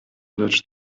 lecz